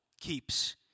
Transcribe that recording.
keeps